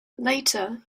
later